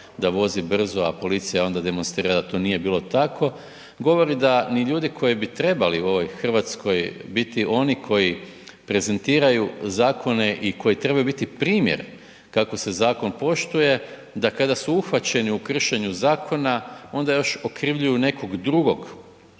da vozi brzo, a policija je onda demonstrirala da to nije bilo tako, govori da ni ljudi koji bi trebali u ovoj RH biti oni koji prezentiraju zakone i koji trebaju biti primjer kako se zakon poštuje, da kada su uhvaćeni u kršenju zakona, onda još okrivljuju nekog drugog